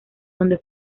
donde